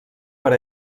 per